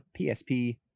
PSP